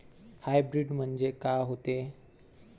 Hybrid म्हनजे का होते?